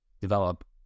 develop